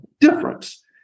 difference